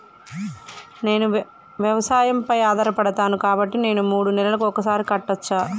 నేను వ్యవసాయం పై ఆధారపడతాను కాబట్టి నేను మూడు నెలలకు ఒక్కసారి కట్టచ్చా?